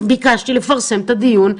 ביקשתי לפרסם את הדיון.